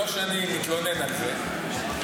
לא שאני מתלונן על זה,